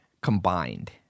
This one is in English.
combined